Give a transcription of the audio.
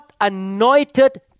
anointed